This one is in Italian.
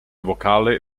vocale